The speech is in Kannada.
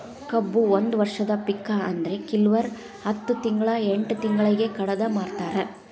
ಕಬ್ಬು ಒಂದ ವರ್ಷದ ಪಿಕ ಆದ್ರೆ ಕಿಲ್ವರು ಹತ್ತ ತಿಂಗ್ಳಾ ಎಂಟ್ ತಿಂಗ್ಳಿಗೆ ಕಡದ ಮಾರ್ತಾರ್